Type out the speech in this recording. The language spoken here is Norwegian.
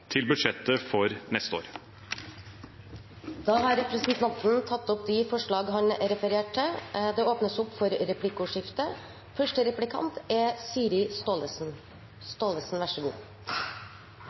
til budsjettet for neste år. Da har representanten Bjørnar Moxnes tatt opp de forslagene han refererte til. Det blir replikkordskifte. For Arbeiderpartiet er